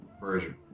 version